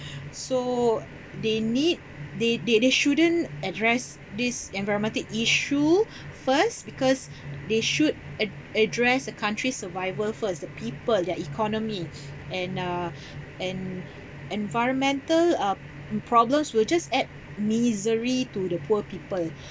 so they need they they they shouldn't address this environmental issue first because they should ad~ address the country's survival first the people their economy and uh and environmental uh problems will just add misery to the poor people